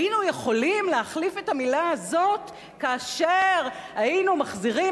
היינו יכולים להחליף את המלה הזאת כאשר היינו מחזירים